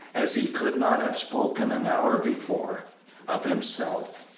as he could not have spoken an hour before of himself.